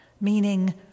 meaning